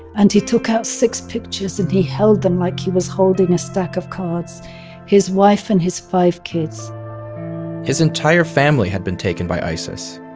and he took out six pictures and he held them like he was holding a stack of cards his wife and his five kids his entire family had been taken by isis.